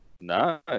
Nice